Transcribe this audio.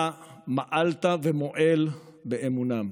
אתה מעלת ומועל באמונם,